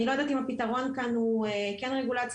אני לא יודעת אם הפתרון כאן הוא כן רגולציה,